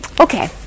Okay